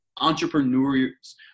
entrepreneurs